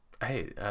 hey